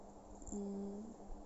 mmhmm